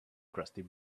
crusty